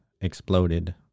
exploded